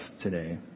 today